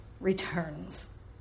returns